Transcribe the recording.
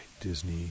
Disney